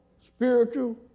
spiritual